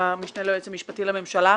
המשנה ליועץ המשפטי לממשלה.